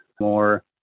more